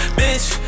bitch